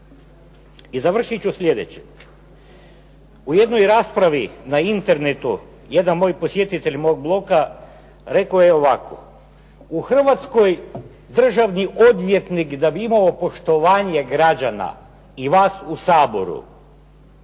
I završit ću sljedećim. U jednoj raspravi na internetu jedan moj posjetitelj mog bloga rekao je ovako: "U Hrvatskoj državni odvjetnik da bi imao poštovanje građana i vas u Saboru